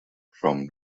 from